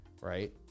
right